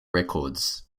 records